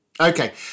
Okay